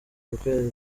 kukureba